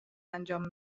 انجام